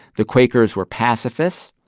the quakers were pacifists,